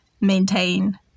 maintain